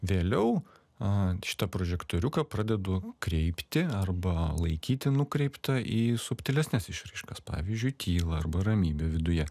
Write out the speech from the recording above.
vėliau a šitą prožektoriuką pradedu kreipti arba laikyti nukreiptą į subtilesnes išraiškas pavyzdžiui tylą arba ramybę viduje